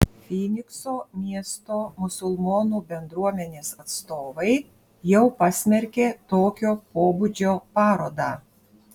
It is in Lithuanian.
fynikso miesto musulmonų bendruomenės atstovai jau pasmerkė tokio pobūdžio parodą